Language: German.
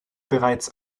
bereits